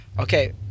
Okay